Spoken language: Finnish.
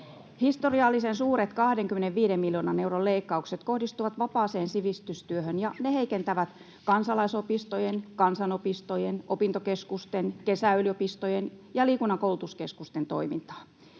Historiallisen suuret, 25 miljoonan euron leikkaukset kohdistuvat vapaaseen sivistystyöhön, ja ne heikentävät kansalaisopistojen, kansanopistojen, opintokeskusten, kesäyliopistojen ja liikunnan koulutuskeskusten toimintaa.